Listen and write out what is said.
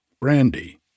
brandy